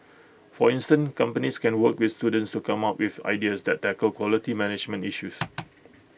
for instance companies can work with students to come up with ideas that tackle quality management issues